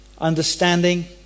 understanding